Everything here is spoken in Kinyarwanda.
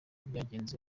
byagenze